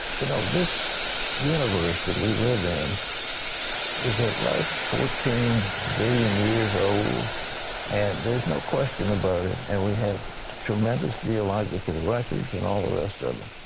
you know, this universe that we live in is ah fourteen billion years old and there's no question about it and we have tremendous geological records and all the rest of it.